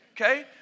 okay